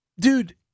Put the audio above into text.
Dude